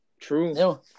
True